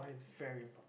very important